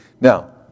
Now